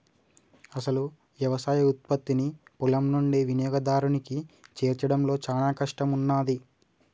అసలు యవసాయ ఉత్పత్తిని పొలం నుండి వినియోగదారునికి చేర్చడంలో చానా కష్టం ఉన్నాది